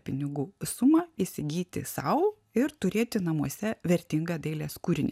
pinigų sumą įsigyti sau ir turėti namuose vertingą dailės kūrinį